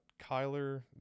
Kyler